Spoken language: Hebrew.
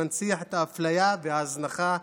והוא מנציח את האפליה ואת ההזנחה,